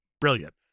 Brilliant